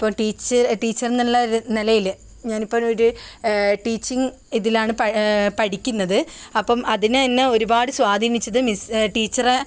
ഇപ്പം teach teacher എന്നുള്ള നിലയിൽ ഞാൻ ഇപ്പോൾ ഒരു ടീച്ചിംഗ് ഇതിലാണ് പഠിക്കുന്നത് അപ്പം അതിന് എന്നെ ഒരുപാട് സ്വാധീനിച്ചത് മിസ്സ് ടീച്ചറെ